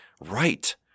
Right